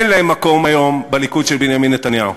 אין להם מקום היום בליכוד של בנימין נתניהו.